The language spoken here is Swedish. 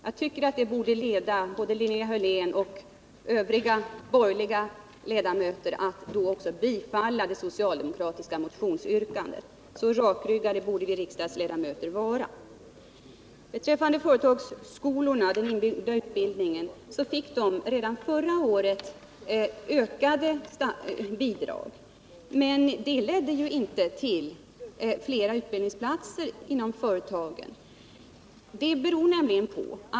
Jag tycker att det borde leda både Linnea Hörlén och övriga borgerliga ledamöter till att bifalla det socialdemokratiska motionsyrkandet. Så rakryggade borde riksdagsledamöter vara. Företagsskolorna och den inbyggda utbildningen fick redan förra året ökade bidrag, men det ledde inte till flera utbildningsplatser inom företagen.